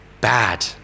bad